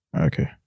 Okay